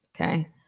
okay